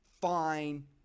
fine